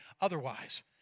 otherwise